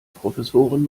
professorin